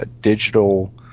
digital –